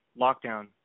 lockdown